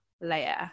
layer